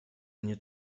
nie